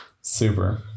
Super